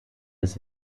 des